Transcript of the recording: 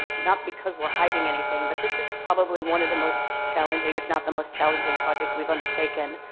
not because we're hiding anything, but this is probably one of the most challenging if not the most challenging project we've undertaken.